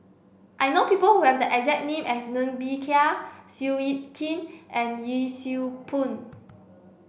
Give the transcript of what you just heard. I know people who have the exact name as Ng Bee Kia Seow Yit Kin and Yee Siew Pun